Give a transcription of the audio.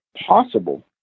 possible